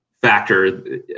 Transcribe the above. factor